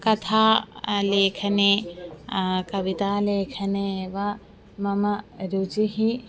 कथा लेखने कवितालेखने वा मम रुचिः